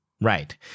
Right